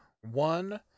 one